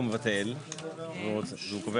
לא רק שאין מניעה.